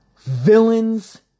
Villains